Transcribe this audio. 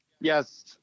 Yes